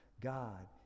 God